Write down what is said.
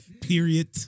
period